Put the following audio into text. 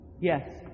Yes